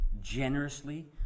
generously